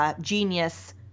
genius